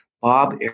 Bob